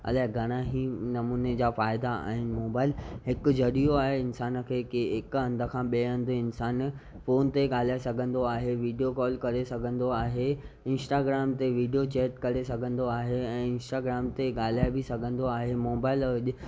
अलाए घणेई नमूने जा फ़ाइदा आहिनि मोबाइल हिकु ज़रियो आहे इन्सानु खे की हिकु हंधि खां ॿिए हंधि इन्सानु फ़ोन ते ॻाल्हाए सघंदो आहे वीडियो कॉल करे सघंदो आहे इंस्टाग्राम ते वीडियो चैक करे सघंदो आहे ऐं इंस्टाग्राम ते ॻाल्हाए बि सघंदो आहे मोबाइल अॼु